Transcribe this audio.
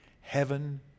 Heaven